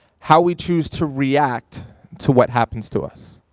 how we choose to react to what happens to us.